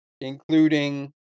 including